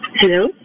Hello